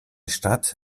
stadt